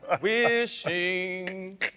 wishing